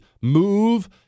Move